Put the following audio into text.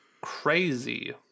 crazy